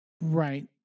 Right